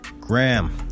Graham